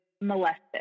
molested